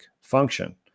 function